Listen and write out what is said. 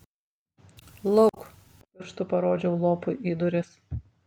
lauk pirštu parodžiau lopui į duris